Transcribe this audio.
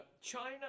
China